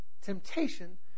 Temptation